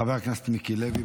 חבר הכנסת מיקי לוי.